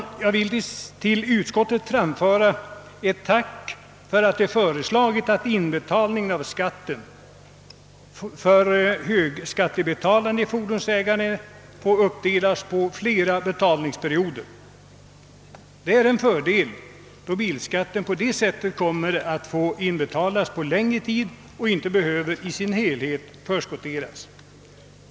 Jag vill till utskottet framföra ett tack för att det har föreslagit att inbetalningen av skatten för högskattebetalande fordonsägare får uppdelas på flera betalningsterminer. Det är en fördel att bilskatten på detta sätt kommer att få inbetalas under längre tid och inte behöver i sin helhet förskotteras.